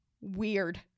weird